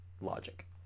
logic